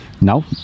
no